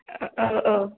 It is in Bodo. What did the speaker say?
औ औ औ